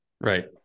Right